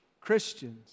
Christians